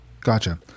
Gotcha